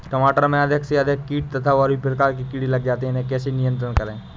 टमाटर में अधिक से अधिक कीट तथा और भी प्रकार के कीड़े लग जाते हैं इन्हें कैसे नियंत्रण करें?